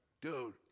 dude